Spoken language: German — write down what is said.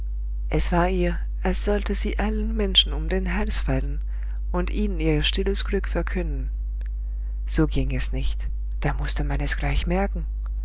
es war ihr als sollte sie allen menschen um den hals fallen und ihnen ihr stilles glück verkünden so ging es nicht da mußte man es gleich merken